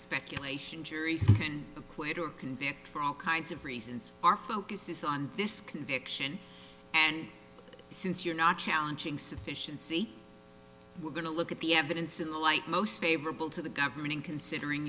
speculation juries can acquit or convict for all kinds of reasons our focus is on this conviction and since you're not challenging sufficiency we're going to look at the evidence in the light most favorable to the government in considering